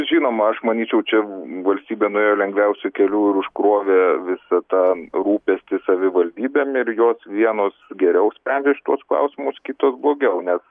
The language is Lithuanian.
žinoma aš manyčiau čia valstybė nuėjo lengviausiu keliu ir užkrovė visą tą rūpestį savivaldybėm ir jos vienos geriau sprendžia šituos klausimus kitos blogiau nes